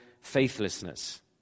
faithlessness